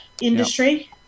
industry